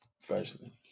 Firstly